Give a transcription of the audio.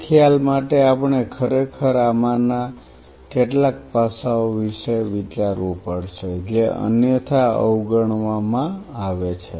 તે ખ્યાલ માટે આપણે ખરેખર આમાંના કેટલાક પાસાઓ વિશે વિચારવું પડશે જે અન્યથા અવગણવામાં આવે છે